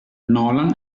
nolan